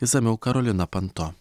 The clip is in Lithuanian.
išsamiau karolina panto